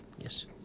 Yes